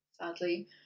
sadly